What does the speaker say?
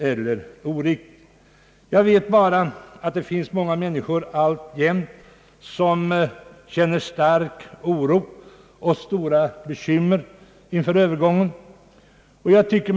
Däremot vet jag att det alltjämt finns många människor som känner stark oro och hyser stora bekymmer inför övergången till högertrafik.